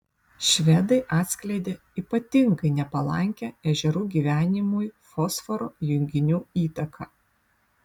švedai atskleidė ypatingai nepalankią ežerų gyvenimui fosforo junginių įtaką